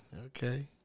Okay